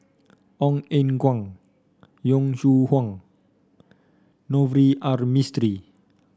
Ong Eng Guan Yong Shu Hoong Navroji R Mistri